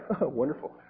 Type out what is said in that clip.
Wonderful